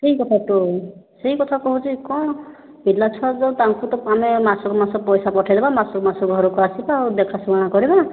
ସେହି କଥା ତ ସେହି କଥା କହୁଛି କ'ଣ ପିଲା ଛୁଆ ତ ତାଙ୍କୁ ତ ଆମେ ମାସକୁ ମାସ ପଇସା ପଠାଇ ଦେବା ମାସକୁ ମାସ ଘରକୁ ଆସିବା ଆଉ ଦେଖା ଶୁଣା କରିବା